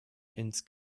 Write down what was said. ins